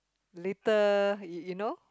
little you know